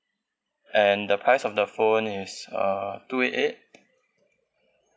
and the price of the phone is uh two eight eight